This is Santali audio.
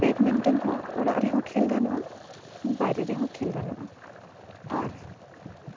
ᱵᱮᱰᱢᱤᱱᱴᱚᱱ ᱦᱚᱸ ᱚᱲᱟᱜ ᱨᱮᱦᱚᱸ ᱠᱷᱮᱞ ᱜᱟᱱᱚᱜᱼᱟ ᱵᱟᱭᱨᱮ ᱨᱮᱦᱚᱸ ᱠᱷᱮᱞ ᱜᱟᱱᱚᱜᱼᱟ ᱟᱨ